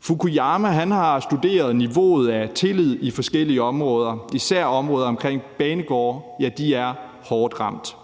Fukuyama har studeret niveauet af tillid i forskellige områder. Især områder omkring banegårde er hårdt ramt.